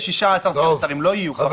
אין לך 16 סגני שרים, לא יהיו.